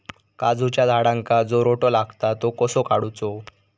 काजूच्या झाडांका जो रोटो लागता तो कसो काडुचो?